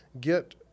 get